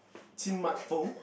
Chim-Mat-Fong